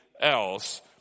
else